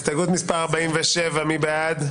הסתייגות מס' 55. מי בעד?